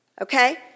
okay